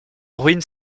ruines